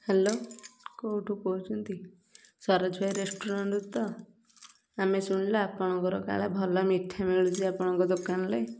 hello କେଉଁଠୁ କହୁଛନ୍ତି ସରୋଜ ଭାଇ ରେଷ୍ଟୁରାଣ୍ଟରୁ ତ ଆମେ ଶୁଣିଲୁ ଆପଣଙ୍କର କାଳେ ଭଲ ମିଠା ମିଳୁଛି ଆପଣଙ୍କ ଦୋକାନରେ